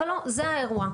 אבל לא: זה האירוע.